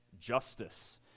justice